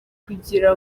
kugira